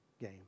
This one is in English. game